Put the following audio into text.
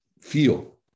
feel